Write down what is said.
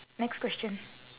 next question